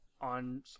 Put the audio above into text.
on